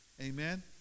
Amen